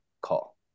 call